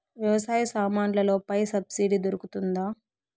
వ్యవసాయ సామాన్లలో పై సబ్సిడి దొరుకుతుందా?